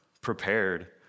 prepared